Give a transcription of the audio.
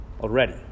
already